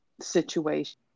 situation